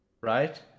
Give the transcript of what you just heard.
right